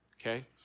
okay